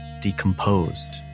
decomposed